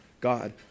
God